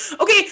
okay